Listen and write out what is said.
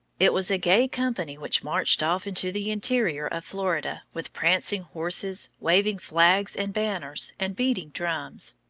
it was a gay company which marched off into the interior of florida with prancing horses, waving flags and banners, and beating drums.